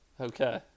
Okay